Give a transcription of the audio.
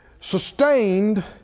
sustained